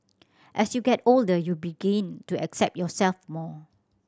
as you get older you begin to accept yourself more